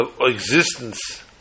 existence